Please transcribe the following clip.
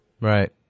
Right